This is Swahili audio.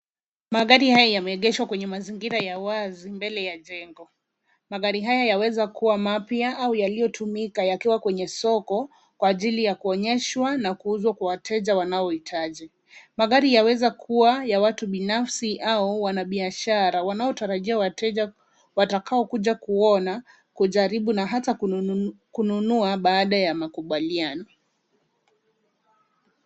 Magari haya yameengeshwa kwenye mazingira ya wazi mbele ya jengo. Magari haya yaweza kuwa mapya au yaliyotumika yakiwa kwenye soko kwa ajili ya kuonyeshwa na kuuzwa Kwa wateja wanaohitaji. Magari yaweza kuwa ya watu binafsi au wanabiashara wanaotarajia wateja watakaokuja kuona kujaribu na hata kununua baada ya makubaliano.